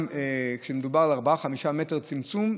גם כשמדובר על ארבעה-חמישה מטרים צמצום,